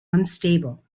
unstable